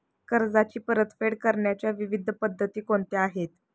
कर्जाची परतफेड करण्याच्या विविध पद्धती कोणत्या आहेत?